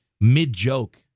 mid-joke